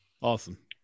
Awesome